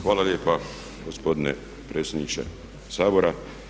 Hvala lijepa gospodine predsjedniče Sabora.